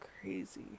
crazy